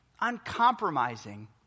Uncompromising